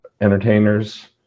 entertainers